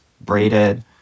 braided